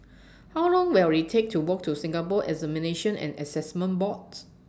How Long Will IT Take to Walk to Singapore Examinations and Assessment Boards